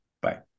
Bye